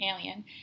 alien